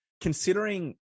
considering